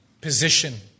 position